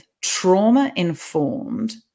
trauma-informed